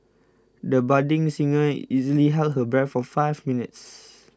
the budding singer easily held her breath for five minutes